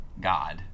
God